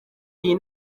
iyi